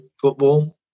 football